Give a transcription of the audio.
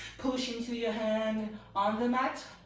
bpush into your hand on the mat.